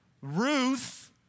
Ruth